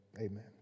amen